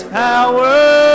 power